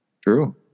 true